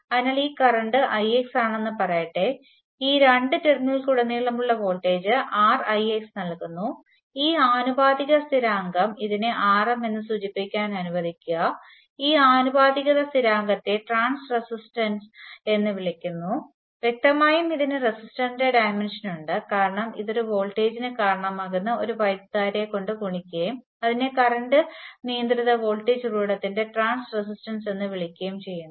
അതിനാൽ ഈ current Ix ആണെന്ന് പറയട്ടെ ഈ രണ്ട് ടെർമിനലുകളിലുടനീളമുള്ള വോൾട്ടേജ് RIx നൽകുന്നു ഈ ആനുപാതികത സ്ഥിരാങ്കം ഇതിനെ Rm എന്ന് സൂചിപ്പിക്കാൻ അനുവദിക്കുക ഈ ആനുപാതികത സ്ഥിരാങ്കത്തെ ട്രാൻസ് റെസിസ്റ്റൻസ് എന്ന് വിളിക്കുന്നു വ്യക്തമായും ഇതിന് റെസിസ്റ്റൻസ്ന്റെ ഡൈമെൻഷൻ ഉണ്ട് കാരണം ഇത് ഒരു വോൾട്ടേജിന് കാരണമാകുന്ന ഒരു വൈദ്യുതധാരയെ കൊണ്ട് ഗുണിക്കുകയും അതിനെ കറണ്ട് നിയന്ത്രിത വോൾട്ടേജ് ഉറവിടത്തിന്റെ ട്രാൻസ് റെസിസ്റ്റൻസ് എന്ന് വിളിക്കുകയും ചെയ്യുന്നു